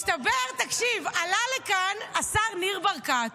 מסתבר, תקשיב, עלה לכאן השר ניר ברקת